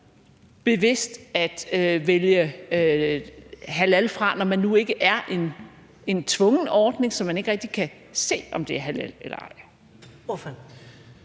bevidst at vælge halalprodukter fra, fordi der ikke er en tvungen ordning og man derfor ikke rigtig kan se, om det er halal eller ej.